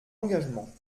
engagement